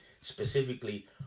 specifically